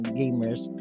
gamers